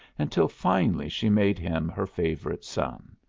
until finally she made him her favorite son.